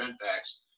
impacts